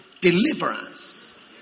deliverance